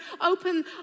open